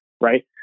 right